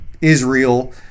Israel –